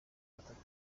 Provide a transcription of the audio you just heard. batatu